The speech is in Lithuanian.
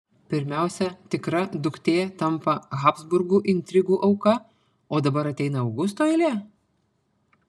pirmiausia tikra duktė tampa habsburgų intrigų auka o dabar ateina augusto eilė